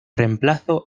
reemplazo